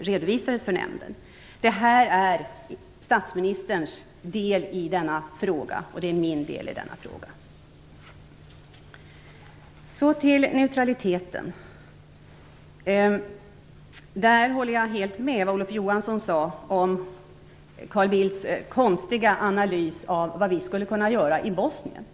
redovisades för nämnden. Detta är statsministerns och min del i denna fråga. Så till neutraliteten. Där håller jag helt med vad Olof Johansson sade om Carl Bildts konstiga analys av vad vi skulle kunna göra i Bosnien.